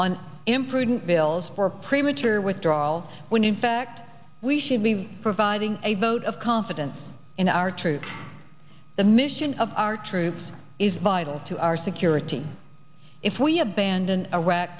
on imprudent bills for premature withdrawal when in fact we should be providing a vote of confidence in our troops the mission of our troops is vital to our security if we abandon iraq